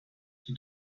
qui